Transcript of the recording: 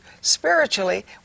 spiritually